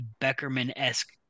Beckerman-esque